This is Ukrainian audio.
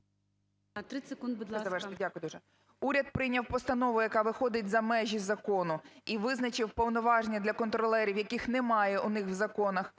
Уряд прийняв постанову, яка виходить за межі закону і визначив повноваження для контролерів, яких немає у них в законах.